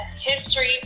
history